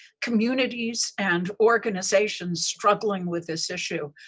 communities and organizations struggling with this issue.